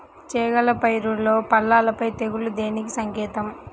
చేగల పైరులో పల్లాపై తెగులు దేనికి సంకేతం?